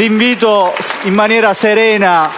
invito, in maniera serena